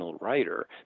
writer